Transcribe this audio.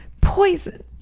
Poison